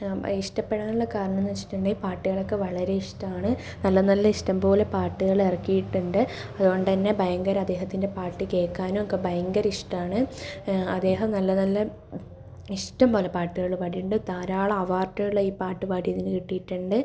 ഇഷ്ടപെടാനുള്ള കാരണം എന്ന് വെച്ചിട്ടുണ്ടെങ്കിൽ പാട്ടുകളൊക്കെ വളരെ ഇഷ്ടമാണ് നല്ല നല്ല ഇഷ്ടംപോലെ പാട്ടുകൾ ഇറക്കിയിട്ടുണ്ട് അതുകൊണ്ട് തന്നെ ഭയങ്കര അദ്ദേഹത്തിൻ്റെ പാട്ട് കേൾക്കാനും ഒക്കെ ഭയങ്കര ഇഷ്ടമാണ് അദ്ദേഹം നല്ല നല്ല ഇഷ്ടം പോലെ പാട്ടുകൾ പാടിയിട്ടുണ്ട് ധാരാളം അവാർഡുകൾ ഈ പാട്ട് പാടിയതിനു കിട്ടിയിട്ടുണ്ട്